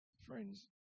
Friends